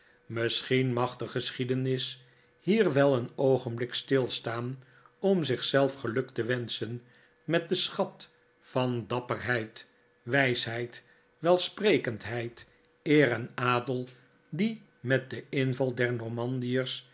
misschien mag de geschiedenis hier wel een oogenblik stilstaan om zich zelf geluk te wenschen met den schat van dapperheid wijsheid welsprekendheid eer en ade l die met den inval der